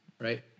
right